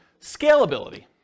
Scalability